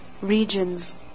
regions